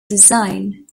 design